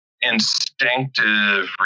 instinctive